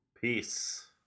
Peace